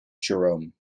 jerome